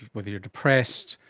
whether you are depressed,